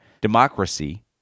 democracy